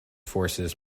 forces